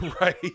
Right